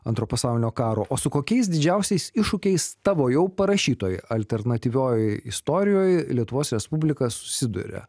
antro pasaulinio karo o su kokiais didžiausiais iššūkiais tavo jau parašytoj alternatyvioj istorijoj lietuvos respublika susiduria